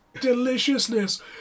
Deliciousness